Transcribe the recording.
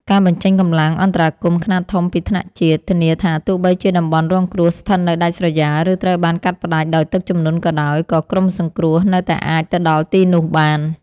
ការបញ្ចេញកម្លាំងអន្តរាគមន៍ខ្នាតធំពីថ្នាក់ជាតិ ធានាថាទោះបីជាតំបន់រងគ្រោះស្ថិតនៅដាច់ស្រយាល ឬត្រូវបានកាត់ផ្ដាច់ដោយទឹកជំនន់ក៏ដោយ ក៏ក្រុមសង្គ្រោះនៅតែអាចទៅដល់ទីនោះបាន។